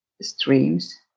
streams